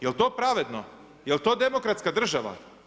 Jel to pravedno, jel to demokratska država?